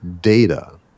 data